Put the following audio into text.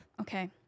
okay